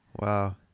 wow